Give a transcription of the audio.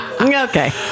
Okay